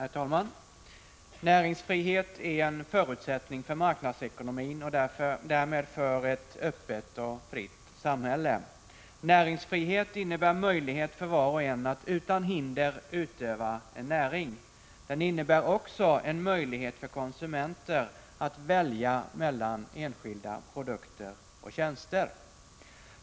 Herr talman! Näringsfriheten är en förutsättning för marknadsekonomin och därmed för ett öppet och fritt samhälle. Näringsfrihet innebär möjlighet för var och en att utan hinder utöva en näring. Den innebär också en möjlighet för konsumenter att välja mellan skilda produkter och tjänster.